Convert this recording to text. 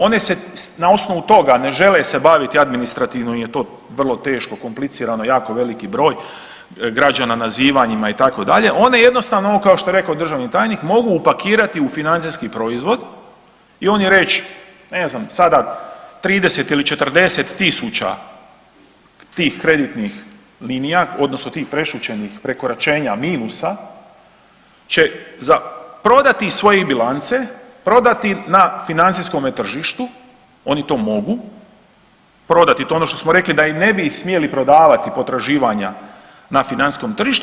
One se na osnovu toga, ne žele se baviti, administrativno im je to vrlo teško, komplicirano, jako veliki broj građana nazivanjima itd., onda jednostavno, ovo što je rekao državni tajnik mogu upakirati u financijski proizvod i oni reći, ne znam, sada, 30 ili 40 tisuća tih kreditnih linija, odnosno tih prešućenih prekoračenja, minusa, će prodati iz svoje bilance, prodati na financijskome tržištu, oni to mogu, prodati to, ono što smo rekli da ih ne bi smjeli ih prodavati, potraživanja na financijskom tržištu.